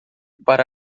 para